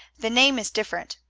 the name is different,